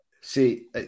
See